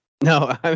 No